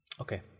Okay